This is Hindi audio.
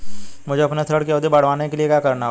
मुझे अपने ऋण की अवधि बढ़वाने के लिए क्या करना होगा?